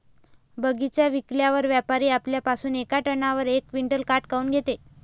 बगीचा विकल्यावर व्यापारी आपल्या पासुन येका टनावर यक क्विंटल काट काऊन घेते?